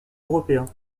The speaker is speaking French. européens